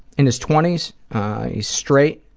in his twenty s, he's straight,